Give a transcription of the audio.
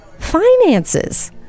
finances